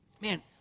Man